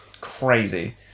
crazy